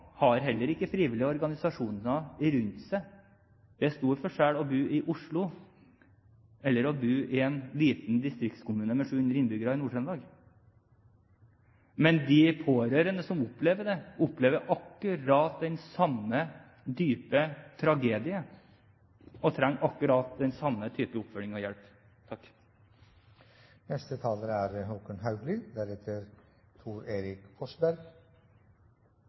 har heller ikke frivillige organisasjoner rundt seg. Det er stor forskjell på å bo i Oslo og å bo i en liten distriktskommune med 700 innbyggere i Nord-Trøndelag. Men de pårørende som opplever dette, opplever akkurat den samme dype tragedie og trenger akkurat den samme type oppfølging og hjelp. Dette er